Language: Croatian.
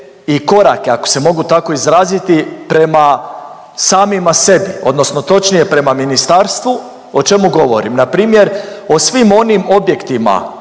i korake ako se mogu tako izraziti prema samima sebi odnosno točnije prema ministarstvu. O čemu govorim? Npr. o svim onim objektima